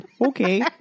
Okay